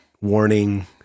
warning